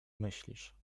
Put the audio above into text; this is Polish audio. myślisz